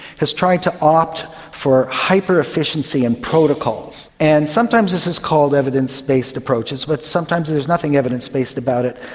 has tried to opt for hyper-efficiency and protocols, and sometimes this is called evidence-based approaches but sometimes there's nothing evidence-based about it.